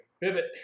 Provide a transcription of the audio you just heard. Pivot